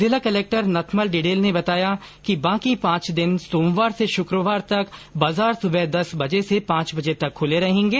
जिला कलक्टर नथमल डिडेल ने बताया कि बाकी पांच दिन सोमवार से शुक्रवार तक बाजार सुबह दस बजे से पांच बजे तक खुले रहेंगे